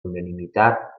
unanimitat